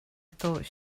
thought